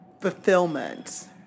fulfillment